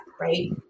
right